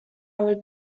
will